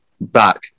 back